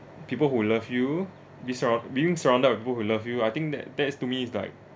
people who love you beso~ being surrounded by people who love you I think that that is to me is like